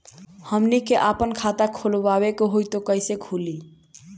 हमनी के आापन खाता खोलवावे के होइ त कइसे खुली